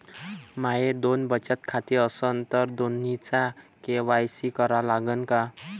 माये दोन बचत खाते असन तर दोन्हीचा के.वाय.सी करा लागन का?